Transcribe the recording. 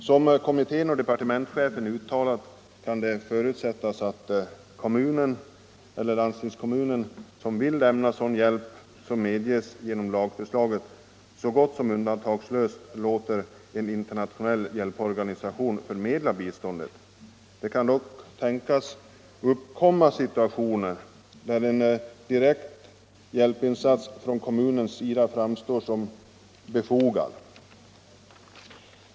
Som kommittén och departementschefen uttalar kan det förutsättas att den kommun eller landstingskommun som vill lämna sådan hjälp som medges genom lagförslaget så gott som undantagslöst låter en internationell hjälporganisation förmedla biståndet. Det kan också tänkas uppkomma situationer där en direkt hjälpinsats från kommunens sida framstår som befogad.